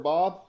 Bob